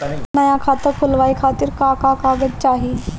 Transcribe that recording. नया खाता खुलवाए खातिर का का कागज चाहीं?